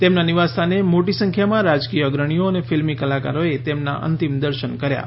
તેમના નિવાસસ્થાને મોટી સંખ્યામાં રાજકીય અગ્રણીઓ અને ફિલ્મી કલાકારોએ તેમના અંતિમ દર્શન કર્યાં